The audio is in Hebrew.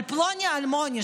על פלוני-אלמוני,